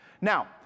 Now